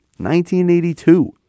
1982